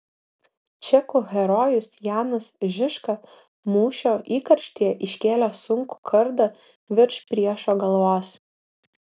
čekų herojus janas žižka mūšio įkarštyje iškėlė sunkų kardą virš priešo galvos